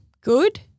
Good